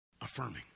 Affirming